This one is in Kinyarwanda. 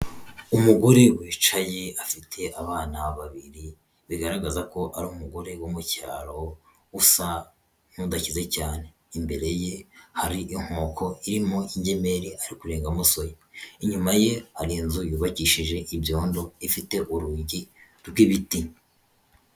Umugore wicaye afite abana babiri bigaragaza ko ari umugore wo mu cyaro usa n'udakize cyane, imbere ye hari inkoko irimo ingemeri ari kurengamo soya, inyuma ye hari inzu yubakishije ibyondo ifite urugi rw'ibiti.